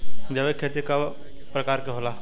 जैविक खेती कव प्रकार के होला?